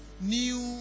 New